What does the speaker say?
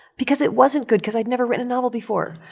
because it wasn't good because i'd never written a novel before.